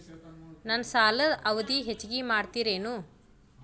ನನ್ನ ಸಾಲದ ಅವಧಿ ಹೆಚ್ಚಿಗೆ ಮಾಡ್ತಿರೇನು?